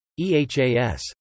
EHAS